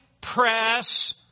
press